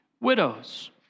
widows